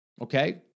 okay